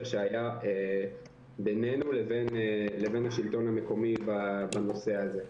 שהיה בינינו לבין השלטון המקומי בנושא הזה.